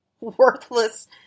Worthless